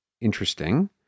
interesting